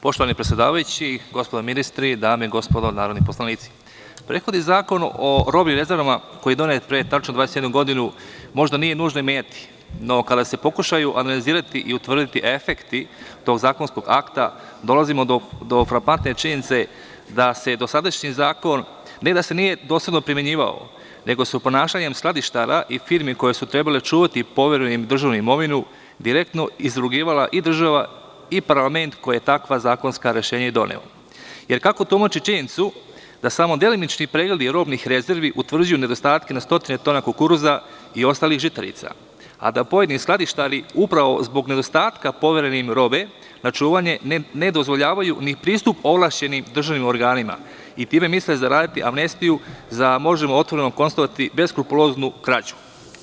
Poštovani predsedavajući, gospodo ministri, dame i gospodo narodni poslanici, prethodni Zakon o robnim rezervama, koji je donet pre tačno 21 godinu, možda nije nužnoj meti, no kada se pokušaju analizirati i utvrditi efekti tog zakonskog akta dolazimo do frapantne činjenice da se dosadašnji zakon ne da se nije dosledno primenjivao, nego su ponašanjem skladištara i firmi koje su trebale čuvati poverenu im državnu imovinu direktno izrugivala i država i parlament, koji je takva zakonska rešenja i doneo, jer kako tumačiti činjenicu da samo delimični pregledi robnih rezervi utvrđuju nedostatke na stotine tona kukuruza i ostalih žitarica, a da pojedini skladištari upravo zbog nedostatka poverene im robe na čuvanje, ne dozvoljavaju ni pristup ovlašćenim državnim organima i time misle zaraditi amnestiju za, možemo otvoreno konstatovati, beskrupuloznu krađu.